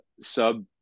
sub